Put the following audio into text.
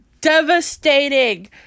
devastating